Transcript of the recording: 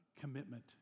commitment